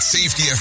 Safety